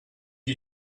you